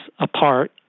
apart